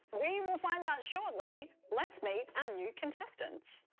we will find out shortly. let's meet our new contestants.